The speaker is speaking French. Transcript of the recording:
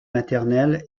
maternelle